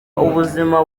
ubuzima